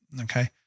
okay